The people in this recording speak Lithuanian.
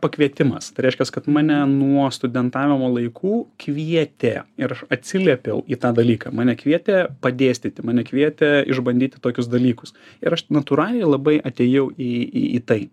pakvietimas tai reiškias kad mane nuo studentavimo laikų kvietė ir aš atsiliepiau į tą dalyką mane kvietė padėstyti mane kvietė išbandyti tokius dalykus ir aš natūraliai labai atėjau į į tai